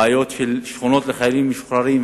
בעיות של שכונות לחיילים משוחררים.